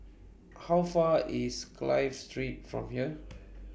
How Far IS Clive Street from here